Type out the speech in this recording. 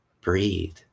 Breathe